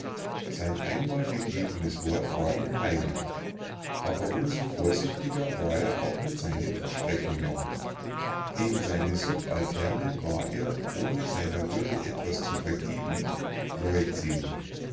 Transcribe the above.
sein einmal gegebenes wort war ihm heilig aber um so vorsichtiger war er auch mit seinen versprechungen gegen seine subalternen war er ohne seiner würde etwas zu vergeben leutselig